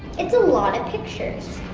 it's a lot of pictures.